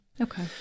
Okay